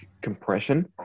compression